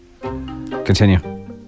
Continue